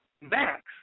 Max